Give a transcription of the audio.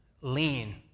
lean